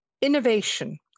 Innovation